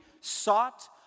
sought